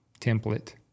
template